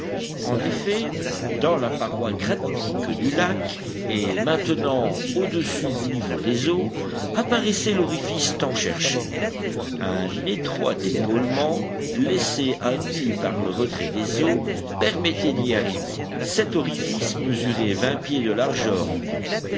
en effet dans la paroi granitique du lac et maintenant au-dessus du niveau des eaux apparaissait l'orifice tant cherché un étroit épaulement laissé à nu par le retrait des eaux permettait d'y arriver cet orifice mesurait vingt pieds de largeur environ